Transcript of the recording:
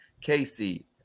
Casey